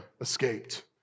escaped